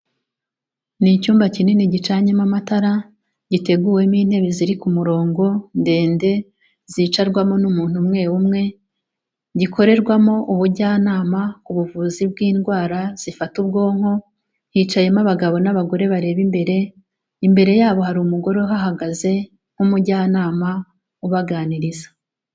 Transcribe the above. Ni icyumba kinini gicanyemo amatara, giteguwemo intebe ziri ku murongo ndende zicarwamo n'umuntu umwe umwe, gikorerwamo ubujyanama ku buvuzi bw'indwara zifata ubwonko, hicayemo abagabo n'abagore bareba imbere, imbere yabo hari umugore uhahagaze nk'umujyanama ubaganiriza.